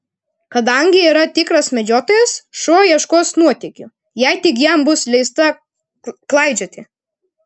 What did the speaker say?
kadangi yra tikras medžiotojas šuo ieškos nuotykių jei tik jam bus leista klaidžioti